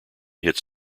hits